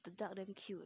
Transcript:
the duck damn cute